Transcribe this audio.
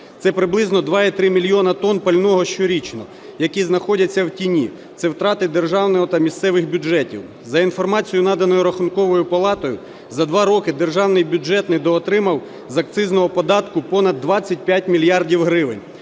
Це приблизно 2,3 мільйона тонн пального щорічно, які знаходяться в тіні. Це втрати державного та місцевих бюджетів. За інформацією, наданою Рахунковою палатою, за 2 роки державний бюджет недоотримав з акцизного податку понад 25 мільярдів гривень.